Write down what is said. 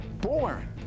born